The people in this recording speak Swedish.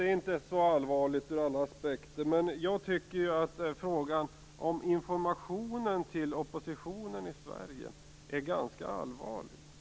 Det är kanske inte så allvarligt ur alla aspekter, men jag tycker att frågan om informationen till oppositionen i Sverige är ganska allvarlig.